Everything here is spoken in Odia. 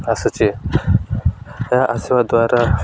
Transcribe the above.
ଆସୁଛି ଏହା ଆସିବା ଦ୍ୱାରା